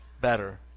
better